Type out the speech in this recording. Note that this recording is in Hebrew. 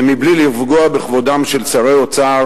ובלי לפגוע בכבודם של שרי אוצר